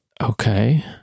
Okay